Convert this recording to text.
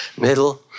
middle